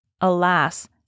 Alas